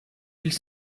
ils